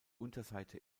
unterseite